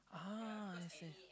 ah I see